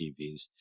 TVs